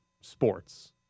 sports